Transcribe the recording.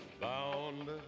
Bound